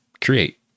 create